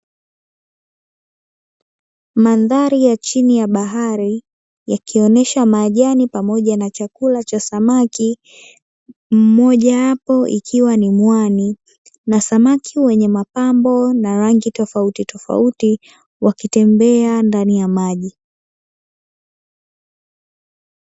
Mandhari ya chini ya bahari ya kionesha maajani pamoja na chakula cha samaki mmoja wapo, ikiwa ni mwani na samaki wenye mapambo na rangi tofauti tofauti, wakitembea ndani ya maji.